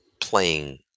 playing